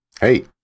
Hey